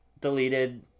deleted